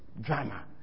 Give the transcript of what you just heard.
drama